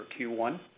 Q1